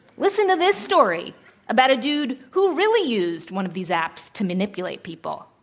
listen to this story about a dude who really used one of these apps to manipulate people.